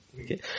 Okay